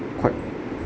quite